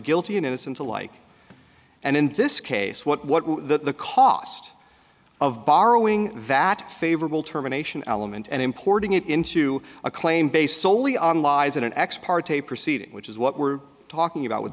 guilty and innocent alike and in this case what the cost of borrowing that favorable terminations element and importing it into a claim based soley on lies in an ex parte proceeding which is what we're talking about with